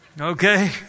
Okay